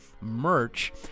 Merch